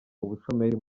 ubushomeri